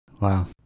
Wow